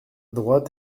droite